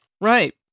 Right